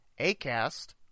Acast